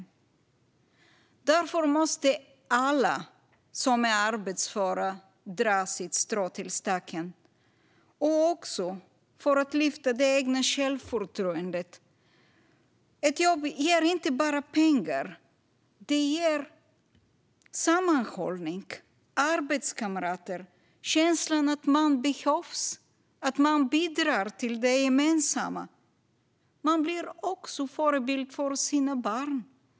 Därför måste alla som är arbetsföra dra sitt strå till stacken, också för att lyfta det egna självförtroendet. Ett jobb ger inte bara pengar. Det ger sammanhållning, arbetskamrater och känslan att man behövs och bidrar till det gemensamma. Man blir också en förebild för sina barn.